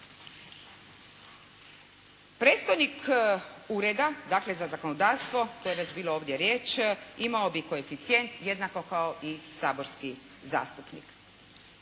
Predstojnik Ureda dakle za zakonodavstvo, to je ovdje već bilo riječ imao bi koeficijent jednako kao i saborski zastupnik.